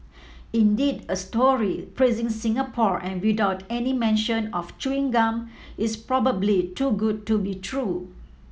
indeed a story praising Singapore and without any mention of chewing gum is probably too good to be true